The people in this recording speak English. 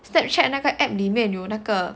Snapchat 那个 app 里面有那个